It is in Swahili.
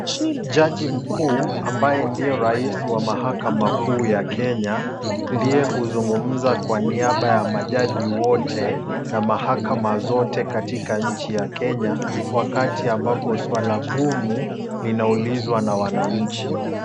Jaji mkuu ambaye ndiye rais wa mahakama kuu ya Kenya ndiye huzungumza kwa niaba ya majaji wote na mahakama zote katika nchi ya Kenya wakati ambapo swala ngumu inaulizwa na wananchi.